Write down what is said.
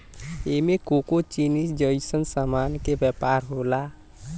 एमे कोको चीनी जइसन सामान के व्यापार होला